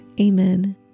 Amen